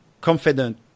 confident